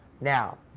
Now